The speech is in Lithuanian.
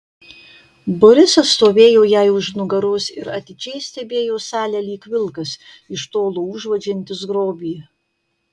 borisas stovėjo jai už nugaros ir atidžiai stebėjo salę lyg vilkas iš tolo uodžiantis grobį